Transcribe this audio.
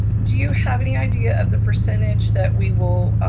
do you have any idea of the percentage that we will